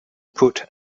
put